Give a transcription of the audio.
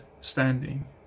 standing